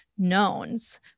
knowns